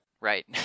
right